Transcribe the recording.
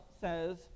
says